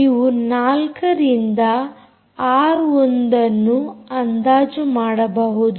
ನೀವು 4 ರಿಂದ ಆರ್1 ಅನ್ನು ಅಂದಾಜು ಮಾಡಬಹುದು